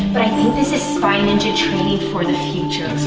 but i think this is spying into training for the future.